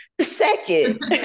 second